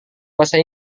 bahasa